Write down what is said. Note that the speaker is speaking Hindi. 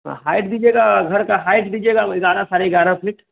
हाँ हाईट दीजिएगा घर का हाईट दीजिएगा वही ग्यारह साढ़े ग्यारह फ़ीट